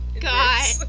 God